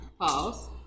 Pause